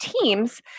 teams